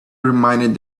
reminded